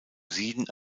sieden